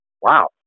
wow